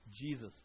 Jesus